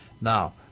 Now